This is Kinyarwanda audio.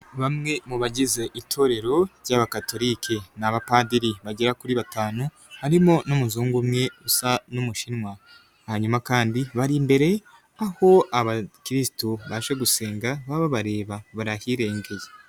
Bamwe mu bagize Itorero ry'Abakatolike ni abapadiri bagera kuri batanu harimo n'umuzungu umwe usa n'umushinwa, hanyuma kandi bari imbere aho abakirisitu beje gusenga baba babareba, bari ahirengeye.